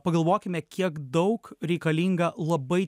pagalvokime kiek daug reikalinga labai